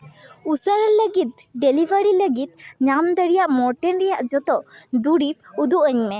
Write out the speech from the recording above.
ᱩᱥᱟᱹᱨᱟ ᱞᱟᱹᱜᱤᱫ ᱰᱮᱞᱤᱵᱷᱟᱨᱤ ᱞᱟᱹᱜᱤᱫ ᱧᱟᱢ ᱫᱟᱲᱤᱭᱟᱜ ᱢᱚᱨᱴᱤᱱ ᱨᱮᱭᱟᱜ ᱡᱚᱛᱚ ᱫᱩᱨᱤᱵ ᱩᱫᱩᱜ ᱟᱹᱧ ᱢᱮ